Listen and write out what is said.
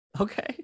Okay